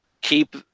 keep